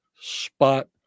spot